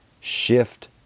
Shift